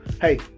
hey